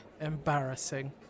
Embarrassing